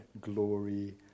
glory